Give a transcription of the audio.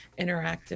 interactive